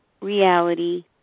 Reality